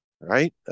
right